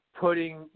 putting